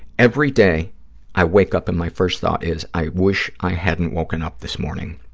every day i wake up and my first thought is, i wish i hadn't woken up this morning.